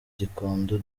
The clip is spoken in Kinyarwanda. gikondo